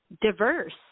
diverse